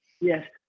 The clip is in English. Yes